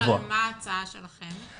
מה ההצעה שלכם?